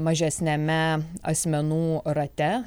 mažesniame asmenų rate